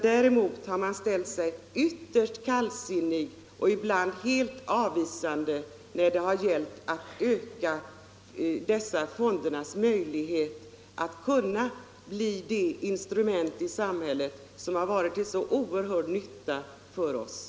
Däremot har man ställt sig ytterst kallsinnig och ibland helt avvisande när det har gällt att öka dessa fonders möjlighet att bli det instrument i samhället som har varit till sådan oer — Nr 134 hörd nytta för oss.